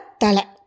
tala